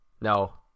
No